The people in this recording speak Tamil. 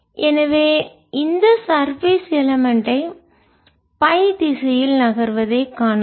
எனவே இந்த சர்பேஸ் மேற்பரப்பு எலமென்ட் பை திசையில் நகர்வதைக் காணலாம்